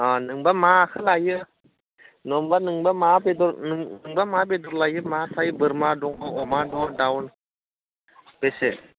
अ नोंबा माखौ लायो